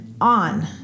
on